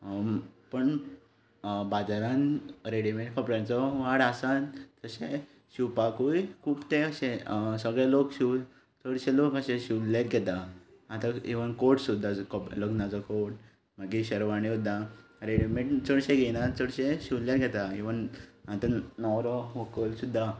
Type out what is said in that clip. पण बाजारान रेडीमेड कपड्याचो वाड आसान तशें शिंवपाकूय खूब तें अशे सगले लोक शिंवन चडशे लोक अशे शिवल्लेच घेता आनी इवन कोट सुद्दां लग्नाचो कोट मागीर शेरवाणी सुद्दां रेडीमेड चडशे घेयना चडशे शिवल्ले घेता इवन आतां न्हवरो व्हंकल सुद्दां